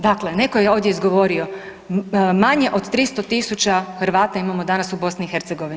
Dakle, netko je ovdje izgovorio manje od 300.000 Hrvata imamo danas u BiH.